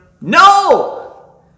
no